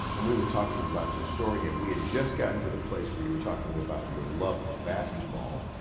and we were talking about your story. and we had just gotten to the place where you were talking about your love for basketball.